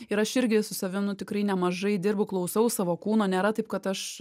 ir aš irgi su savim nu tikrai nemažai dirbu klausau savo kūno nėra taip kad aš